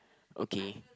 okay